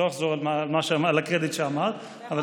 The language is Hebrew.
לא אחזור על הקרדיט שאמרת, אתה יכול לחזור.